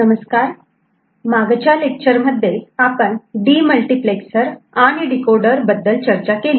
नमस्कार मागच्या लेक्चर मध्ये आपण डीमल्टिप्लेक्सर आणि डीकोडर बद्दल चर्चा केली